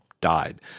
died